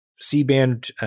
C-band